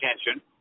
attention